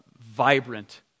vibrant